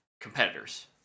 competitors